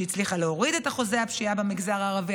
שהצליחה להוריד את אחוזי הפשיעה במגזר הערבי,